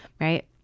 right